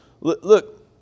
Look